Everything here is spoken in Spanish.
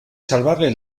salvarle